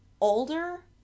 older